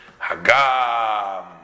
hagam